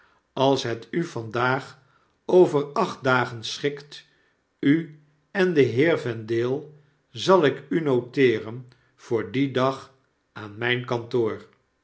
als het u vandaag over acht dagen schikt u en den heer vendale zal ik u noteeren voor dien dag aan mijn kantoor